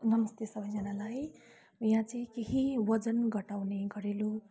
नमस्ते सबजनालाई यहाँ चाहिँ केही वजन घटाउने घरेलु